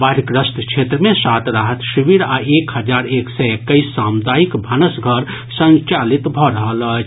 बाढ़िग्रस्त क्षेत्र मे सात राहत शिविर आ एक हजार एक सय एक्कैस सामुदायिक भानस घर संचालित भऽ रहल अछि